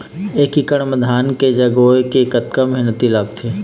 एक एकड़ म धान के जगोए के कतका मेहनती लगथे?